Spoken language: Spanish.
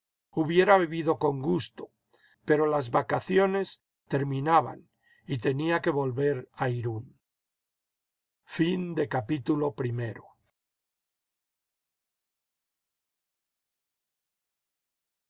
hubiera vivido con gusto pero las vacaciones terminaban y tenía que volver a irún